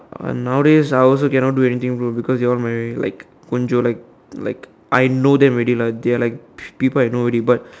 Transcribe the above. uh nowadays I also cannot do anything bro because you are my like won't jio like like I know them already lah they're like people I know already but